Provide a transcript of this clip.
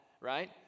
right